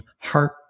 heart